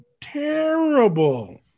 terrible